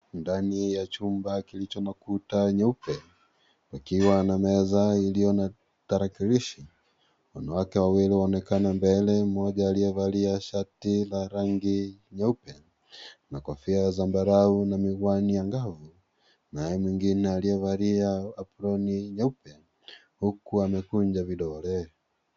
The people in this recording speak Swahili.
Ndani ya chumba kilicho na kuta nyeupe pakiwa na meza iliyo na tarakilishi, wanawake wawili waonekana mbele mmoja aliyevalia shati la rangi nyeupe na kofia zambarau na miwani angavu naye mwingine aliyevalia aproni nyeupe huku amekunja vidole.